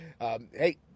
Hey